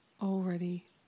already